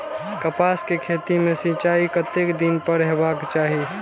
कपास के खेती में सिंचाई कतेक दिन पर हेबाक चाही?